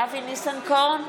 אינו נוכח בנימין